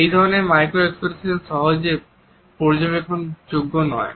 এই ধরনের মাইক্রোএক্সপ্রেশন সহজে পর্যবেক্ষণযোগ্য নয়